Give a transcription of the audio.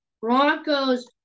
Broncos